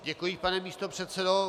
Děkuji, pane místopředsedo.